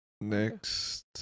next